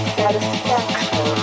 satisfaction